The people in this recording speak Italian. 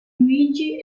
luigi